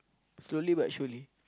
slowly but surely